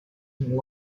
and